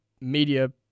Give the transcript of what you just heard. media